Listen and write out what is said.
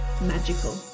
magical